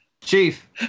Chief